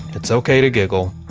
it's okay to giggle.